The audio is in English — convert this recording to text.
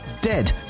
dead